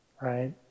right